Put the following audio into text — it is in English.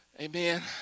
Amen